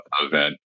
event